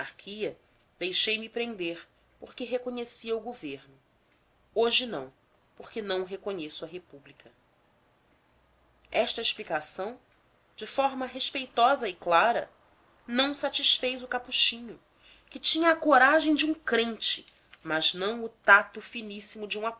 monarquia deixei-me prender porque reconhecia o governo hoje não porque não reconheço a república esta explicação de forma respeitosa e clara não satisfez o capuchinho que tinha a coragem de um crente mas não o tato finíssimo de um